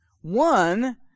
one